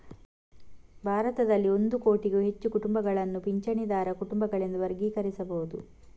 ಭಾರತದಲ್ಲಿ ಒಂದು ಕೋಟಿಗೂ ಹೆಚ್ಚು ಕುಟುಂಬಗಳನ್ನು ಪಿಂಚಣಿದಾರ ಕುಟುಂಬಗಳೆಂದು ವರ್ಗೀಕರಿಸಬಹುದು